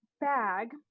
bag